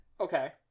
Okay